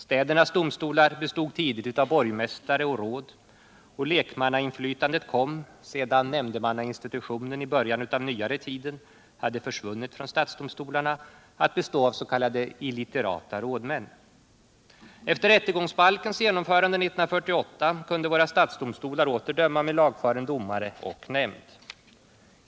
Städernas domstolar bestod tidigt av borgmästare och råd, och lek mannainflytandet kom, sedan nämndemannainstitutionen i början av nyare tid hade försvunnit från stadsdomstolarna, att bestå av s.k. illiterata rådmän. Efter nya rättegångsbalkens genomförande 1948 kunde våra stadsdomstolar åter döma med lagfaren domare och nämnd.